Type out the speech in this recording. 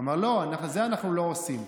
הוא אמר: לא, את זה אנחנו לא עושים.